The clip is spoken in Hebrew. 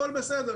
הכול בסדר,